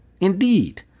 Indeed